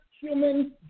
human